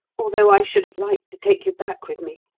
although i should have liked to take you back with me.